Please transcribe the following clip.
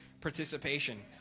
participation